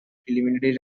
preliminary